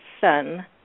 son